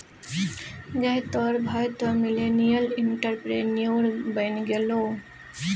गै तोहर भाय तँ मिलेनियल एंटरप्रेन्योर बनि गेलौ